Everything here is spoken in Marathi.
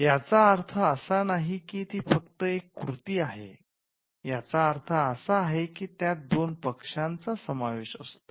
याचा अर्थ असा नाही की ती फक्त एक कृती आहे याचा अर्थ असा आहे की त्यात दोन पक्षांचा समावेश असतो